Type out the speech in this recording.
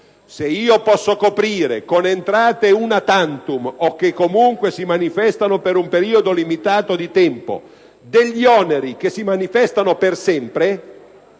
se posso coprire con entrate *una tantum*, o che comunque si manifestano per un periodo limitato di tempo, oneri che si manifestano per sempre,